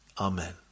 Amen